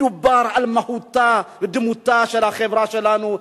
מדובר על מהותה ודמותה של החברה שלנו,